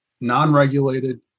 non-regulated